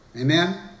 Amen